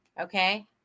okay